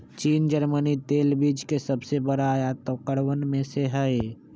चीन जर्मनी तेल बीज के सबसे बड़ा आयतकरवन में से हई